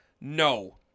No